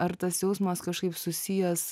ar tas jausmas kažkaip susijęs